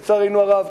לצערנו הרב,